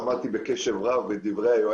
שמעתי בקשב רב את דברי מר רוזנר,